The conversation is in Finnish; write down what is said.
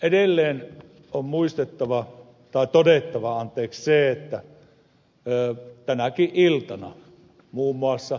edelleen on todettava se että tänäkin iltana muun muassa ed